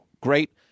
great